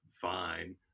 Fine